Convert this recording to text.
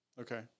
Okay